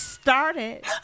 Started